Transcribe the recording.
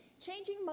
changing